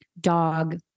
dog